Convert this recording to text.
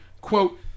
quote